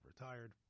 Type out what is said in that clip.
retired